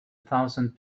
thousand